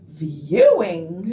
viewing